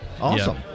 Awesome